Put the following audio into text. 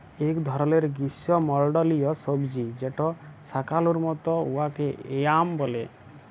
ইক ধরলের গিস্যমল্ডলীয় সবজি যেট শাকালুর মত উয়াকে য়াম ব্যলে